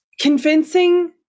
convincing